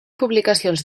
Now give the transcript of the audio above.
publicacions